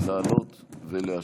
לעלות ולהשיב.